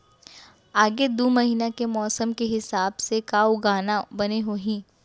आगे दू महीना के मौसम के हिसाब से का उगाना बने होही?